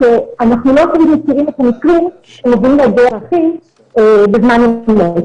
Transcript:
אני אומרת שאנחנו לא תמיד מכירים את המקרים --- C בזמן עצמו.